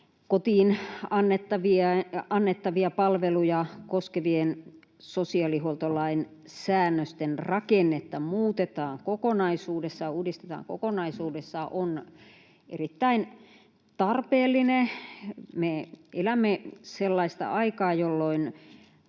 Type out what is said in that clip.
kotiin annettavia palveluja koskevien sosiaalihuoltolain säännösten rakennetta muutetaan kokonaisuudessaan ja uudistetaan kokonaisuudessaan, on erittäin tarpeellinen. Me elämme sellaista aikaa, jolloin